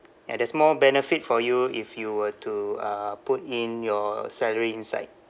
ya there's more benefit for you if you were to uh put in your salary inside